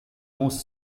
most